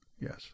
yes